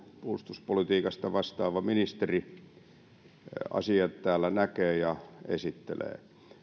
puolustuspolitiikasta vastaava ministeri asiat täällä näkee ja esittelee